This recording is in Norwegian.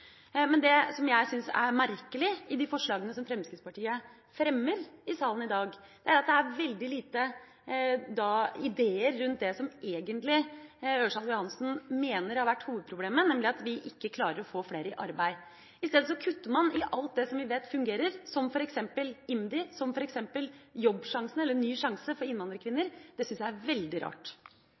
men i hovedsak er ting grundig gjennomgått og belyst. Det jeg syns er merkelig i de forslagene Fremskrittspartiet fremmer i salen i dag, er at det er veldig lite ideer rundt det som Ørsal Johansen egentlig mener har vært hovedproblemet, nemlig at vi ikke klarer å få flere i arbeid. I stedet kutter man i alt det vi vet fungerer, som f.eks. IMDi og Jobbsjansen – Ny sjanse – for innvandrerkvinner. Det syns jeg er veldig rart.